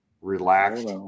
relaxed